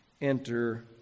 enter